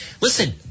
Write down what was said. Listen